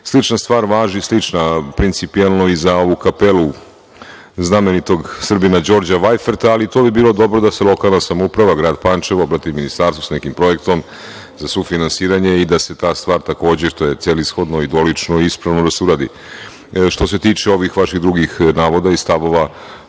Slična stvar važi principijelno i za ovu kapelu znamenitog Srbina Đorđa Vajferta, ali to bi bilo dobro da se lokalna samouprava, grad Pančevo obrati Ministarstvu sa nekim projektom za sufinansiranje i da se ta stvar takođe, što je celishodno i dolično ispravno da se uradi. Što se tiče ovih vaših drugih navoda i stavova